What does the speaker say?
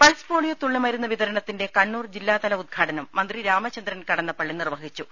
pulse polio തുള്ളി മരുന്ന് വിതരണത്തിന്റെ കണ്ണൂർ ജില്ലാതല ഉദ്ഘാടനം മന്ത്രി രാമചന്ദ്രൻ കടന്നപ്പള്ളി നിർവ്വഹിച്ചു